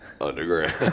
Underground